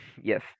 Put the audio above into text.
yes